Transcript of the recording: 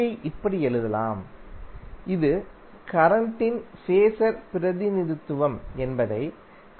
ஐ இப்படி எழுதலாம் இது கரண்ட்டின் ஃபேஸர் பிரதிநிதித்துவம் என்பதைக் காட்டுகிறது